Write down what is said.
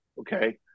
okay